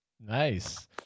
Nice